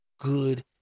good